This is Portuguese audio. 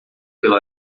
pela